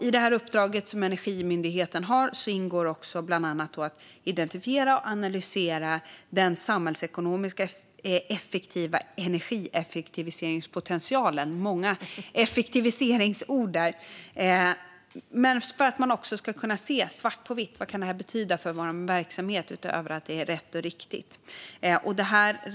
I Energimyndighetens uppdrag ingår också bland annat att identifiera och analysera den samhällsekonomiska effektiva energieffektiviseringspotentialen - många effektiviseringsord där - för att man ska kunna se svart på vitt vad detta kan betyda för vår verksamhet, utöver att det är rätt och riktigt.